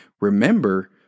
Remember